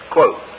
Quote